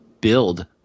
build